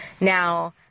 Now